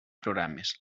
programes